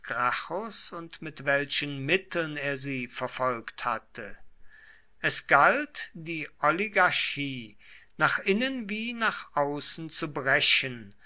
und mit welchen mitteln er sie verfolgt hatte es galt die oligarchie nach innen wie nach außen zu brechen